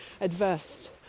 adverse